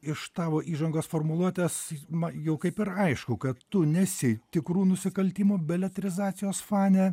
iš tavo įžangos formuluotės ma jau kaip ir aišku kad tu nesi tikrų nusikaltimų beletrizacijos fanė